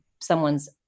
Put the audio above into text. someone's